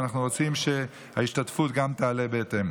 ואנחנו רוצים שגם ההשתתפות תעלה בהתאם.